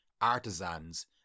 artisans